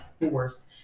force